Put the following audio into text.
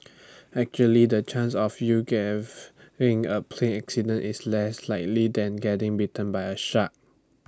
actually the chance of you having A plane accident is less likely than getting bitten by A shark